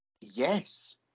Yes